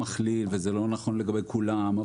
וזה לא נכון לגבי כולם,